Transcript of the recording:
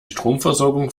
stromversorgung